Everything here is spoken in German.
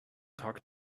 tag